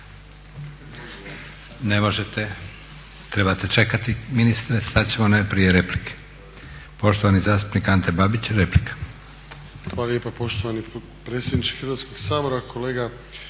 Ne možete. Trebate čekati. Ministre sad ćemo najprije replike. Poštovani zastupnik Ante Babić, replika.